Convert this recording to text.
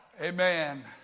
Amen